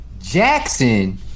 Jackson